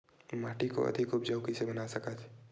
माटी को अधिक उपजाऊ कइसे बना सकत हे?